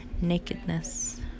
nakedness